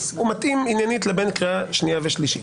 הוא מתאים עניינית בין קריאה שנייה ושלישית.